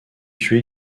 tué